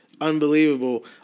unbelievable